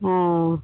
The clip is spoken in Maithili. हँ